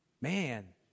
Man